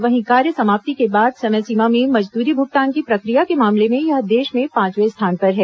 वहीं कार्य समाप्ति के बाद समय सीमा में मजदूरी भुगतान की प्रक्रिया के मामले में यह देश में पांचवें स्थान पर है